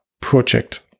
project